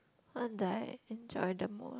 not that I enjoy the mood